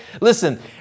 Listen